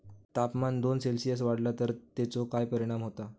तापमान दोन सेल्सिअस वाढला तर तेचो काय परिणाम होता?